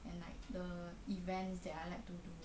and like the events that I like to do